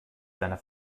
seiner